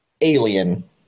alien